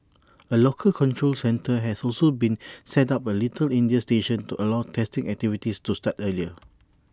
A local control centre has also been set up at little India station to allow testing activities to start earlier